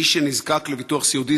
מי שנזקק לביטוח סיעודי,